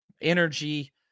energy